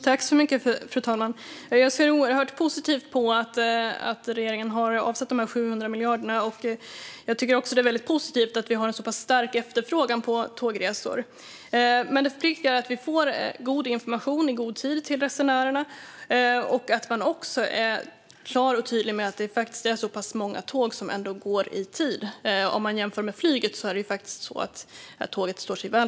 Fru talman! Jag ser oerhört positivt på att regeringen har avsatt de 700 miljarderna. Jag tycker också att det är väldigt positivt att det är en så pass stark efterfrågan på tågresor. Men det är viktigt att resenärerna får god information i god tid och att man är klar och tydlig med att det faktiskt är så pass många som ändå går i tid. Vid en jämförelse med flyget står tåget sig väl.